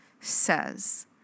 says